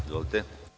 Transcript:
Izvolite.